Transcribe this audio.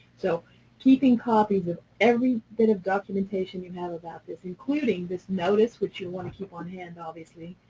so keeping copies of every bit of documentation you have about this, including this notice, which you'll want to keep on hand, obviously,